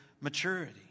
maturity